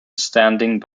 standing